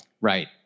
right